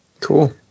cool